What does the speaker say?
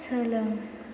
सोलों